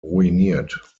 ruiniert